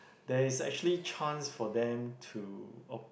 there is actually chance for them to ap~